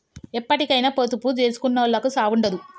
ఎప్పటికైనా పొదుపు జేసుకునోళ్లకు సావుండదు